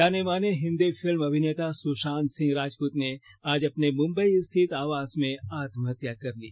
जानेमाने हिन्दी फिल्म अभिनेता सुषांत सिंह राजपूत ने आज अपने मुंबई स्थित आवास में आत्महत्या कर ली